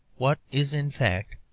what is, in fact,